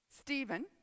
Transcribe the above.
Stephen